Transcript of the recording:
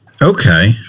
Okay